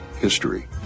history